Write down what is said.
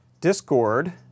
Discord